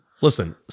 listen